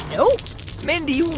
nope mindy,